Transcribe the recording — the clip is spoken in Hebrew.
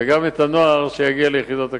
וגם לנוער שיגיע ליחידות הקרביות.